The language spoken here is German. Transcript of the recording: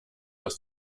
aus